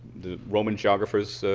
the roman geographers